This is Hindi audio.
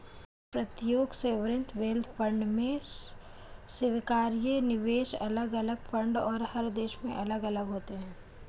प्रत्येक सॉवरेन वेल्थ फंड में स्वीकार्य निवेश अलग अलग फंड और हर देश में अलग अलग होते हैं